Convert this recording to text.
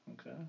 Okay